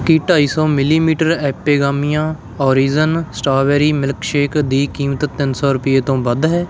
ਕੀ ਢਾਈ ਸੌ ਮਿਲੀਲੀਟਰ ਐਪੇਗਾਮੀਆ ਓਰੀਜਨ ਸਟ੍ਰਾਬੇਰੀ ਮਿਲਕਸ਼ੇਕ ਦੀ ਕੀਮਤ ਤਿੰਨ ਸੌ ਰੁਪਈਏ ਤੋਂ ਵੱਧ ਹੈ